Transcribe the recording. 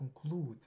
conclude